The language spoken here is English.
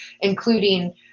including